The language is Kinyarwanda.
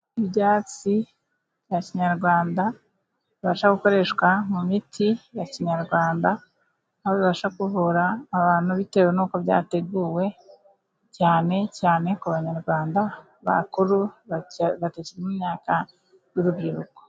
Ibyatsi bya kinyarwanda bibasha gukoreshwa mu miti ya kinyarwanda, aho bibasha kuvura abantu bitewe n'uko byateguwe, cyane cyane ku banyarwanda bakuru batakiri mu myaka y'urubyiruko.